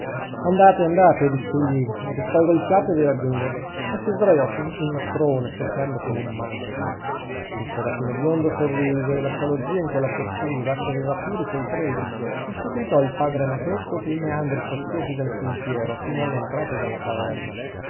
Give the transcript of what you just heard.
andate andate diss'egli ricolgo il fiato e vi raggiungo e si sdraiò su d'un lastrone soffiando come un mantice il serafino biondo sorrise lasciò lo zio in quella postura che aveva pure i suoi pregi e seguitò il padre anacleto pei meandri sassosi del sentiero fino all'entrata della caverna